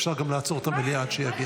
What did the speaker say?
אפשר גם לעצור את המליאה עד שיגיע.